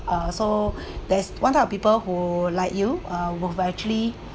uh so there's one type of people who like you uh who've actually